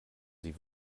sie